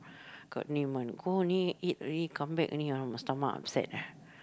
got name one go only eat already come back only ah my stomach upset ah